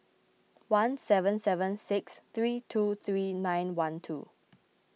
one seven seven six three two three nine one two